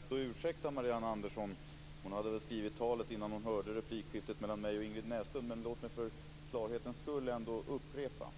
Fru talman! Jag skall gärna ursäkta Marianne Andersson, för hon hade väl skrivit talet innan hon hörde replikskiftet mellan mig och Ingrid Näslund, men låt mig för klarhetens skull ändå upprepa en sak.